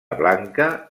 blanca